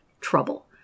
Trouble